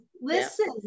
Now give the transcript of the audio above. listen